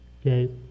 Okay